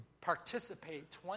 participate